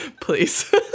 Please